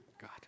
God